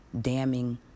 damning